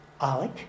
Alec